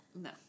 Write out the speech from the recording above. No